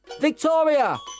Victoria